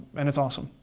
and it's awesome,